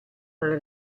alla